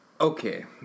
Okay